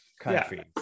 country